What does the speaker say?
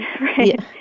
right